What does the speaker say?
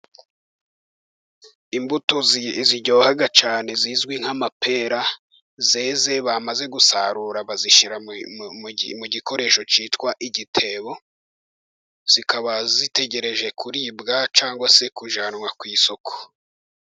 Imbuto ziryoha cyane zizwi nk'amapera, zeze bamaze gusarura, bazishyira mu gikoresho cyitwa igitebo, zikaba zitegereje kuribwa cyangwa se kujyanwa ku isoko.